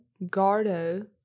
Gardo